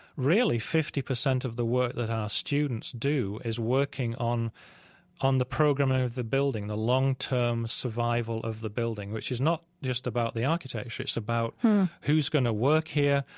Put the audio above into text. really, fifty percent of the work that our students do is working on on the programming of the building, the long-term survival of the building, which is not just about the architecture. it's about who's going to work here,